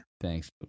Thanks